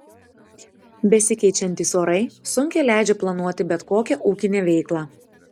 besikeičiantys orai sunkiai leidžia planuoti bet kokią ūkinę veiklą